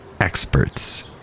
Experts